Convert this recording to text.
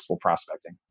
Prospecting